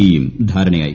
E യും ധാരണയായി